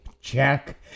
check